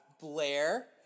Blair